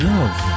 Love